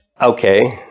okay